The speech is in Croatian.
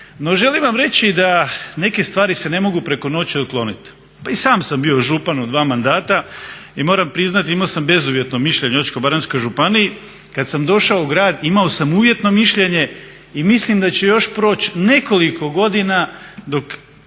želim vam reći da neke stvari se ne mogu preko noći otkloniti. Pa i sam sam bio župan u dva mandata i moram priznati imao sam bezuvjetno mišljenje u Osječko-baranjskoj županiji. Kad sam došao u grad imao sam uvjetno mišljenje i mislim da će još proći nekoliko godina da